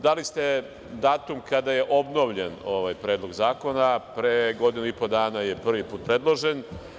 Dali ste datum kada je obnovljen ovaj Predlog zakona, pre godinu i po dana je prvi put predložen.